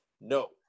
No